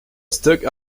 stuck